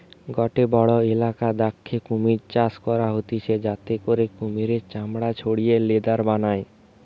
গটে বড়ো ইলাকা দ্যাখে কুমির চাষ করা হতিছে যাতে করে কুমিরের চামড়া ছাড়িয়ে লেদার বানায়